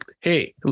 Hey